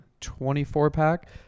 24-pack